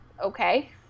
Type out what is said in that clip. okay